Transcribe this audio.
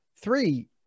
three